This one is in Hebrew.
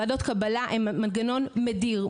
ועדות קבלה הן מנגנון מדיר,